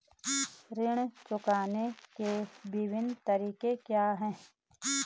ऋण चुकाने के विभिन्न तरीके क्या हैं?